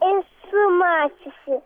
esu mačiusi